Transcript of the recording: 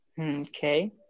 Okay